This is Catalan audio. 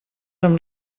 amb